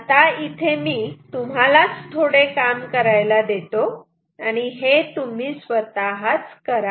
आता इथे मी तुम्हालाच थोडे काम करायला देतो हे तुम्ही स्वतःच करा